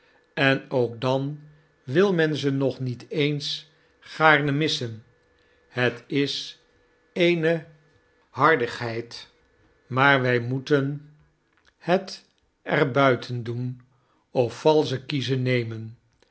en ook dan wil men ze nog niet eens gaarne missen het is eene hardigheid maar wy moeten het er buiten doen of valsche kiezen nemen